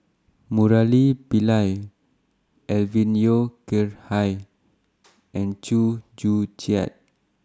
Murali Pillai Alvin Yeo Khirn Hai and Chew Joo Chiat